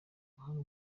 ubuhanga